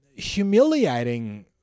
humiliating